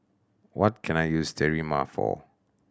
what can I use Sterimar for